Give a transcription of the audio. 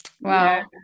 wow